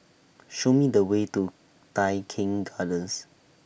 Show Me The Way to Tai Keng Gardens